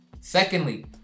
Secondly